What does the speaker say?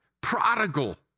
prodigal